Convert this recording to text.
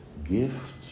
Gift